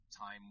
time –